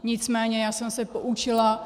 Nicméně já jsem se poučila.